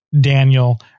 Daniel